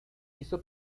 hizo